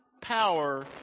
power